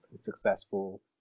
successful